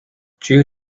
due